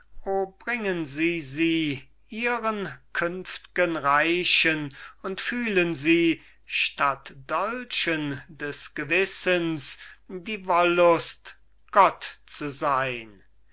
bringen sie sie ihren künftgen reichen und fühlen sie statt dolchen des gewissens die wollust gott zu sein